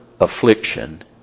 affliction